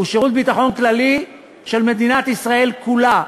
הוא שירות ביטחון כללי של מדינת ישראל כולה.